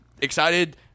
excited